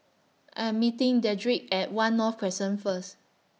I Am meeting Dedrick At one North Crescent First